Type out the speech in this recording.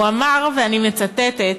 הוא אמר, ואני מצטטת: